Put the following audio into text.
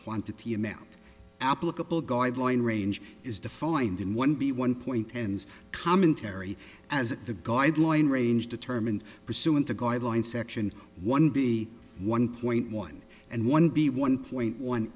quantity amount applicable guideline range is defined in one b one point pens commentary as the guideline range determined pursuing the guideline section one b one point one and one b one point one